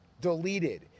deleted